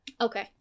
Okay